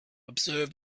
observe